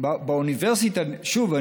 שוב,